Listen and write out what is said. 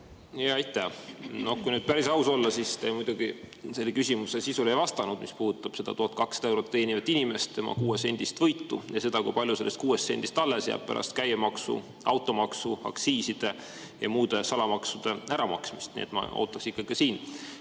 Aitäh! Kui nüüd päris aus olla, siis te muidugi selle küsimuse sisule ei vastanud, mis puudutab seda 1200 eurot teenivat inimest, tema kuuesendist võitu ja seda, kui palju sellest kuuest sendist alles jääb pärast käibemaksu, automaksu, aktsiiside ja muude salamaksude äramaksmist. Nii et ma ootaks ikka ka siin